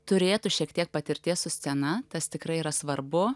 turėtų šiek tiek patirties su scena tas tikrai yra svarbu